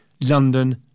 London